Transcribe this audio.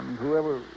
whoever